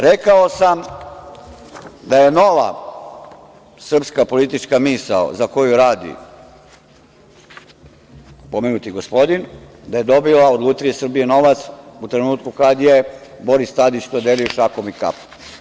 Rekao sam da je nova srpska politička misao za koju radi pomenuti gospodin, da je dobijao od „Lutrije Srbije“ novac u trenutku kad je Boris Tadić to delio šakom i kapom.